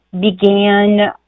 began